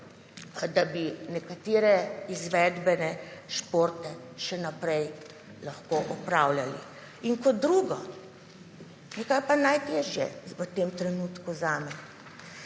da bi nekatere izvedbe športe še naprej lahko opravljali. In kot drugo, nekako najtežje v tem trenutku zame,